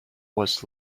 was